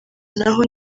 naho